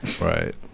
right